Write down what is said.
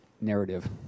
narrative